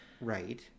Right